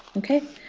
ok.